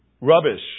Rubbish